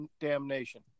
damnation